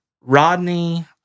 Rodney